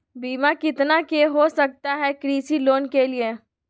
बीमा कितना के हो सकता है कृषि लोन के लिए?